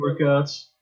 workouts